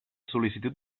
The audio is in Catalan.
sol·licitud